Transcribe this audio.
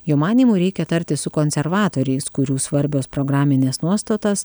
jo manymu reikia tartis su konservatoriais kurių svarbios programinės nuostatas